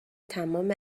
تمام